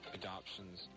adoptions